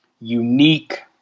unique